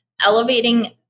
elevating